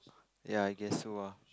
ya I guess so lah